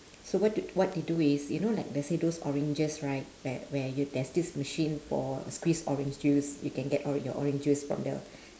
so what d~ what they do is you know like let's say those oranges right where where you there's this machine for squeeze orange juice you can get all your orange juice from there